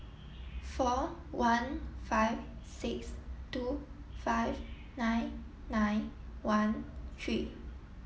four one five six two five nine nine one three